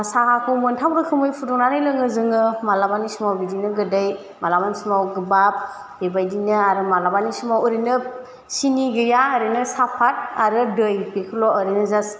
साहाखौ मोनथाम रोखोमै फुदुंनानै लोङो जोङो मालाबानि समाव बिदिनो गोदै मालाबानि समाव गोबाब बेबायदिनो आरो मालाबानि समाव ओरैनो सिनि गैया ओरैनो साफाद आरो दै बेखौल' ओरैनो जास्ट